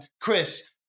chris